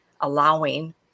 allowing